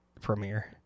premiere